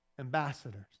ambassadors